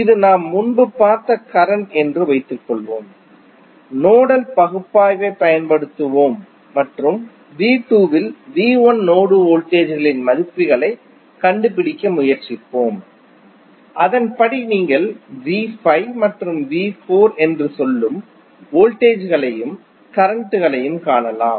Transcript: இது நாம் முன்பு பார்த்த கரண்ட் என்று வைத்துக் கொள்வோம் நோடல் பகுப்பாய்வைப் பயன்படுத்துவோம் மற்றும் V2 இல் V1 நோடு வோல்டேஜ் களின் மதிப்புகளைக் கண்டுபிடிக்க முயற்சிப்போம் அதன்படி நீங்கள் V5 மற்றும் V4 என்று சொல்லும் வோல்டேஜ் களையும் கரண்ட் களையும் காணலாம்